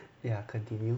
ya continue